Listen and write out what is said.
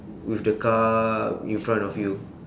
with the car in front of you